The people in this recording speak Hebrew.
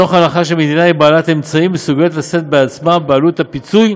מתוך הנחה שהמדינה היא בעלת אמצעים ומסוגלת לשאת בעצמה בעלות הפיצוי